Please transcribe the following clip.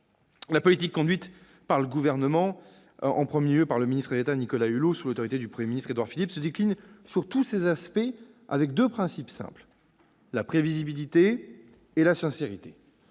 La politique conduite par le Gouvernement, et en premier lieu par le ministre d'État Nicolas Hulot, sous l'autorité du Premier ministre Édouard Philippe, se décline, sous tous ses aspects, selon deux principes simples : la prévisibilité et la sincérité.